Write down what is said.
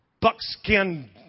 buckskin